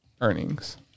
earnings